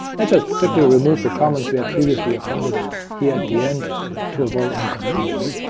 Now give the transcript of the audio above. let's just quickly remove the comments we had previously appended here at the end to avoid any confusion.